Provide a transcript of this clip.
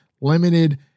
limited